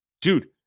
dude